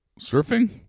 Surfing